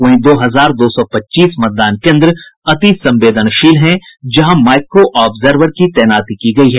वहीं दो हजार दो सौ पच्चीस मतदान केन्द्र अति संवेदनशील हैं जहां माइक्रो ऑब्जर्वर की तैनाती की गयी है